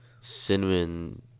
cinnamon